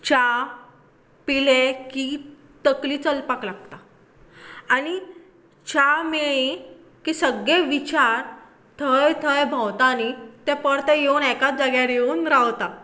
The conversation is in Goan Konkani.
च्या पिले कि तकली चलपाक लागता आनी च्या मेळ्ळी की सगळें विचार थंय थंय भोवतां न्ही ते परते येवन एकात जाग्यार येवन रावता